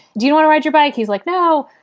do you want to ride your bike? he's like, no.